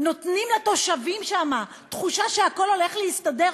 נותנים לתושבים שם תחושה שהכול הולך להסתדר,